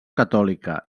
catòlica